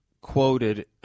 quoted